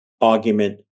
argument